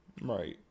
Right